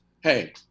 hey